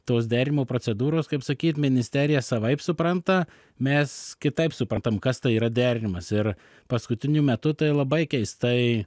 tos derinimo procedūros kaip sakyt ministerija savaip supranta mes kitaip suprantam kas tai yra derinimas ir paskutiniu metu tai labai keistai